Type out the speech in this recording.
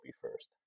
first